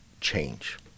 change